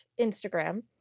instagram